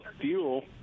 fuel